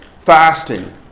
fasting